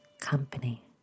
company